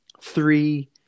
three